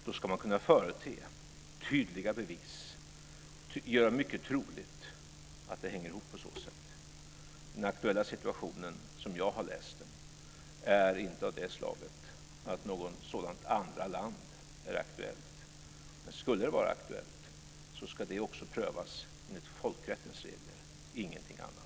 Då ska man kunna förete tydliga bevis och göra det mycket troligt att det hänger ihop på så sätt. Den aktuella situationen, som jag har läst den, är inte av det slaget att något sådant andra land är aktuellt. Men skulle det vara aktuellt ska det också prövas enligt folkrättens regler, ingenting annat.